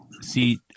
see